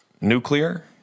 nuclear